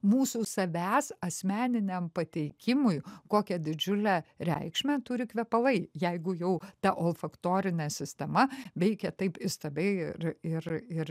mūsų savęs asmeniniam pateikimui kokią didžiulę reikšmę turi kvepalai jeigu jau ta olfaktorinė sistema veikia taip įstabiai ir ir ir